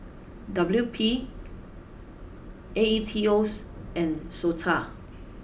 W P A E T O and Sota